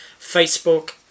Facebook